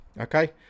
okay